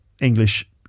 English